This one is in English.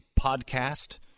podcast